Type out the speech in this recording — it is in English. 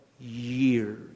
years